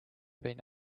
been